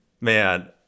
man